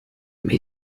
made